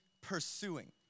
pursuing